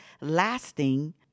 lasting